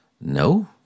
No